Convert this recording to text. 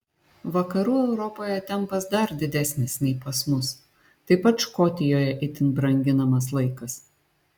vakarų europoje tempas dar didesnis nei pas mus taip pat škotijoje itin branginamas laikas